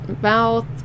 mouth